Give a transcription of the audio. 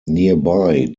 nearby